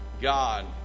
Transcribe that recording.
God